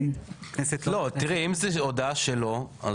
לא, תראי אם זה הודעה שלו.